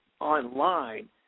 online